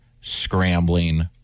scrambling